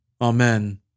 Amen